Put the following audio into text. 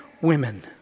women